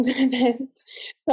events